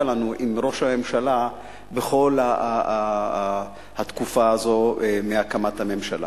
לנו עם ראש הממשלה בכל התקופה הזו מהקמת הממשלה.